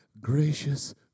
gracious